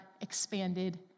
expanded